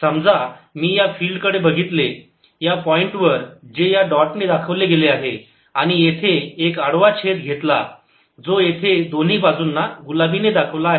समजा मी या फिल्ड कडे बघितले या पॉईंट वर जे या डॉट ने दाखवले गेले आहे आणि येथे एक आडवा छेद घेतला जो येथे दोन्ही बाजूंना गुलाबी ने दाखवला आहे